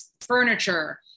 Furniture